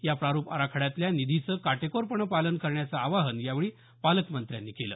या प्रारूप आराखड्यातल्या निधीचं काटेकोरपणे पालन करण्याचं आवाहन यावेळी पालकमंत्र्यांनी केलं